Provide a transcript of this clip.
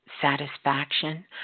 satisfaction